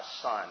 son